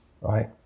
right